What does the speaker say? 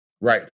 Right